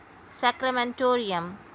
Sacramentorium